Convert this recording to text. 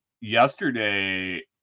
Yesterday